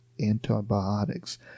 antibiotics